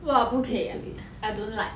!wah! 不可以 ah I don't like